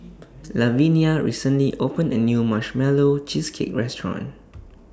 Lavinia recently opened A New Marshmallow Cheesecake Restaurant